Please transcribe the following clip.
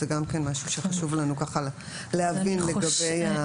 זה גם כן משהו שחשוב לנו להבין לגבי המנגנון.